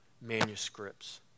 manuscripts